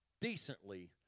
decently